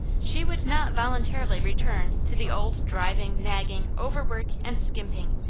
she would not voluntarily return to the old driving, nagging, overwork, and skimping,